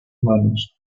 manos